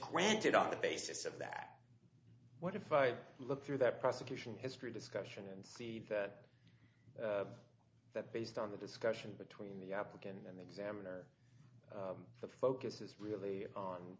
granted on the basis of that what if i look through that prosecution history discussion and see that that based on the discussion between the applicant and the examiner the focus is really on